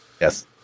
Yes